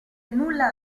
nulla